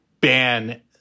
ban